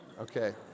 Okay